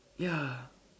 ya